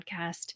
podcast